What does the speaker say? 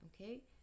Okay